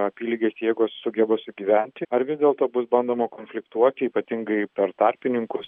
apylygės jėgos sugeba sugyventi ar vis dėlto bus bandoma konfliktuoti ypatingai per tarpininkus